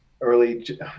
early